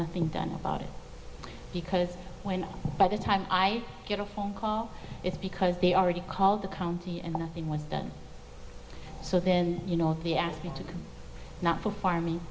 nothing done about it because when by the time i get a phone call it's because they already called the county and nothing was done so then you know if he asked you to come not for farming